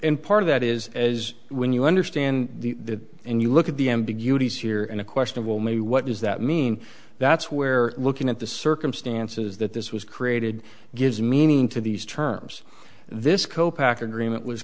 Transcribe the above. and part of that is as when you understand that and you look at the ambiguity here and a questionable me what does that mean that's where looking at the circumstances that this was created gives meaning to these terms this copaxone agreement was